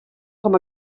com